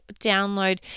download